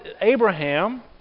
Abraham